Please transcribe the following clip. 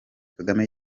kagame